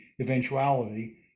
eventuality